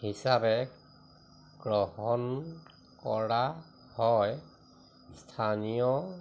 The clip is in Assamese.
হিচাপে গ্ৰহণ কৰা হয় স্থানীয়